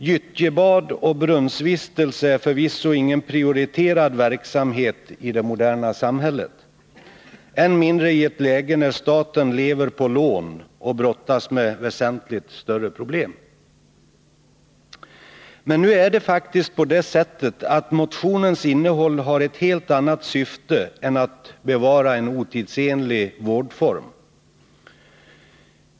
Gyttjebad och brunnsvistelse är förvisso ingen prioriterad verksamhet i det moderna samhället, än mindre i ett läge när staten lever på lån och brottas med väsentligt större problem. Men nu är det faktiskt på det sättet att motionens innehåll har ett helt annat syfte än att bevara en otidsenlig vårdform.